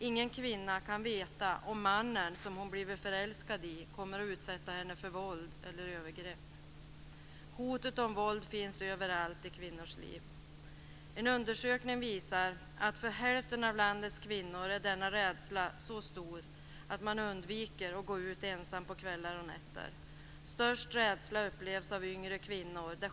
Ingen kvinna kan veta om mannen som hon blivit förälskad i kommer att utsätta henne för våld eller övergrepp. Hotet om våld finns överallt i kvinnors liv. En undersökning visar att för hälften av landets kvinnor är denna rädsla så stor att man undviker att gå ut ensam på kvällar och nätter. Störst rädsla upplevs av yngre kvinnor.